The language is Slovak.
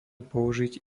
použiť